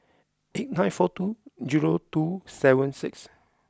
eight nine four two zero two seven six